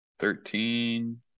Thirteen